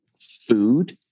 food